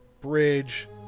Bridge